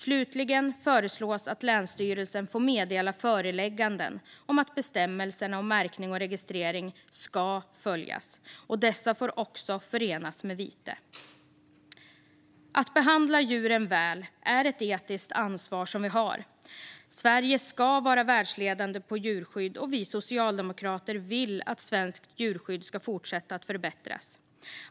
Slutligen föreslås att länsstyrelsen får meddela förelägganden om att bestämmelserna om märkning och registrering ska följas, och dessa får också förenas med vite. Att behandla djuren väl är ett etiskt ansvar som vi har. Sverige ska vara världsledande på djurskydd. Vi socialdemokrater vill att svenskt djurskydd ska fortsätta att förbättras.